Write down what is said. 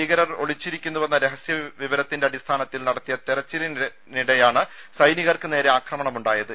ഭീകരർ ഒളിച്ചിരിക്കുന്നുവെന്ന രഹസ്യവിവരത്തിന്റെ അടിസ്ഥാനത്തിൽ നടത്തിയ തെരച്ചിലിനിടെയാണ് സൈനികർക്ക് നേരെ ആക്രമണമുണ്ടായത്